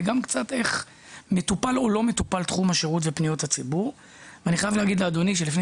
ואיך תחום השירות ופניות הציבור מטופל או לא מטופל.